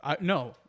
No